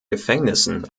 gefängnissen